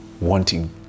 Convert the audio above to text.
wanting